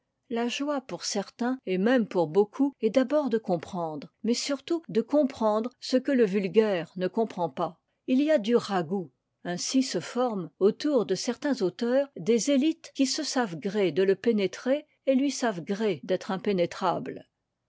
la joie pour certains et même pour beaucoup est d'abord de comprendre mais surtout de comprendre ce que le vulgaire ne comprend pas il y a du ragoût ainsi se forme autour de certains auteurs des élites qui se savent gré de le pénétrer et lui savent gré d'être impénétrable